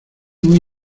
muy